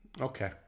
Okay